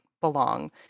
belong